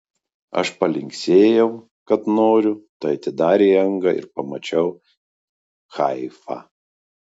aš palinksėjau kad noriu tai atidarė angą ir pamačiau haifą